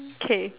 K